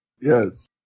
Yes